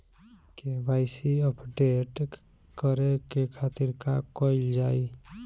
KYC update करे के खातिर का कइल जाइ?